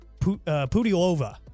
Pudilova